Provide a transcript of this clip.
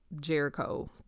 Jericho